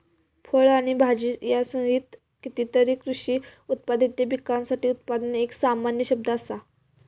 फळ आणि भाजीयांसहित कितीतरी कृषी उत्पादित पिकांसाठी उत्पादन एक सामान्य शब्द असा